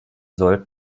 sollen